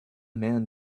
man